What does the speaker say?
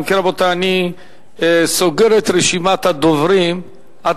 אם כן, רבותי, אני סוגר את רשימת הדוברים, את